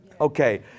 okay